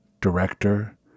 director